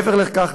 מעבר לכך,